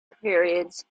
periods